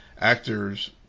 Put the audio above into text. actors